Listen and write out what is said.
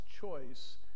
choice